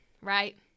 right